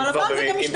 אבל הפעם זה גם השתלם.